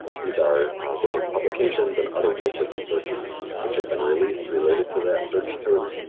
these are different publications and other types of resources which have been released related to that search term.